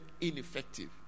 ineffective